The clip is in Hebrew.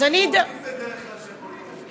אז אני, אנחנו עונים בדרך כלל כשפונים אלינו.